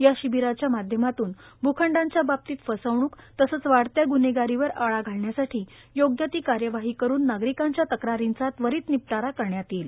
या शिबीराच्या माध्यमातून भूखंडाच्या बाबतीत फसवणूक तसेच वाढत्या गून्हेगारीवर आळा घालण्यासाठी योग्य ती कार्यवाही करुन नागरिकांच्या तक्रारींचा त्वरीत निपटारा करण्यात येईल